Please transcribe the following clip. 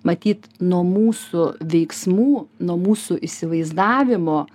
matyt nuo mūsų veiksmų nuo mūsų įsivaizdavimo